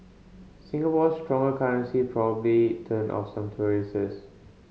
Singapore's stronger currency probably turned off some